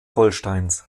holsteins